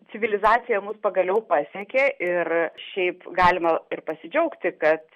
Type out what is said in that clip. civilizacija mus pagaliau pasiekė ir šiaip galima ir pasidžiaugti kad